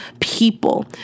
people